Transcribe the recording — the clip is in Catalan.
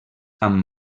amb